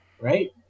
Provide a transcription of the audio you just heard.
right